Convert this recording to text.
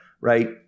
right